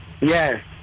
Yes